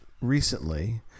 recently